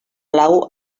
blau